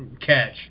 catch